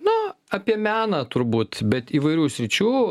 na apie meną turbūt bet įvairių sričių